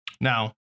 Now